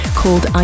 called